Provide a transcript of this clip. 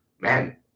man